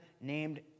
named